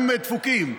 הם דפוקים,